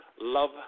love